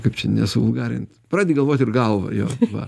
kaip čia nesuvulgarint pradedi galvot ir galva jo va